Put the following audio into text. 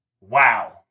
wow